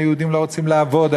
היהודים לא רוצים לעבוד,